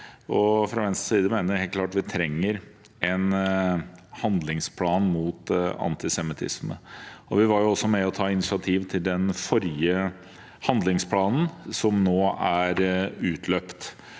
Fra Venstres side mener vi helt klart at vi trenger en handlingsplan mot antisemittisme. Vi var også med og tok initiativ til den forrige handlingsplanen, som nå er utløpt.